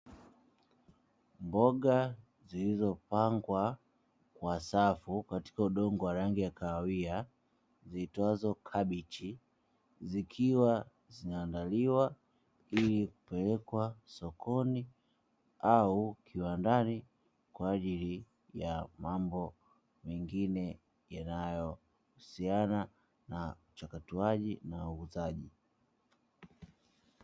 Mboga zilizopangwa kwa safu katika udongo wa rangi ya kahawia ziitwazo kabichi. zikiwa zinaandaliwa ili kupelekwa sokoni au kiwandani kwa ajili ya mambo mengine yanayohusiana na uchakatwaji na uuzaji.